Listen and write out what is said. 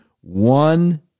one